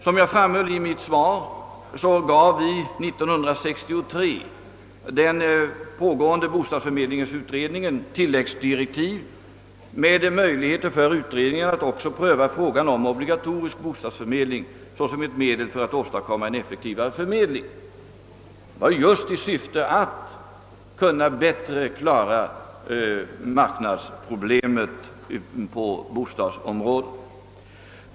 Som jag framhöll i mitt svar gav vi år 1963 den pågående bostadsförmedlingsutredningen tilläggsdirektiv med möjlighet för utredningen att också pröva frågan om obligatorisk bostadsförmedling såsom en möjlighet att kunna åstadkomma en effektivare förmedling. Detta skedde just i syfte att bättre klara marknadsproblemet på bostadsområdet.